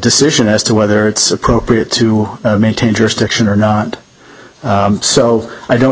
decision as to whether it's appropriate to maintain jurisdiction or not so i don't